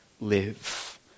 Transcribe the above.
live